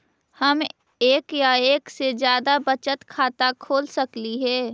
हम एक या एक से जादा बचत खाता खोल सकली हे?